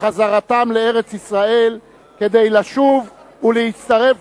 לחזרתם לארץ-ישראל כדי לשוב ולהצטרף